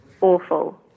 Awful